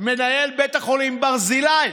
מנהל בית החולים ברזילי.